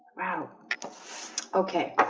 wow okay,